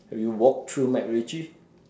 have you walked through Macritchie